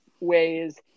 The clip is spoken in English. ways